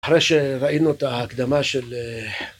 אחרי שראינו את ההקדמה של...